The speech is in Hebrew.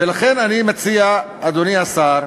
ולכן אני מציע, אדוני השר,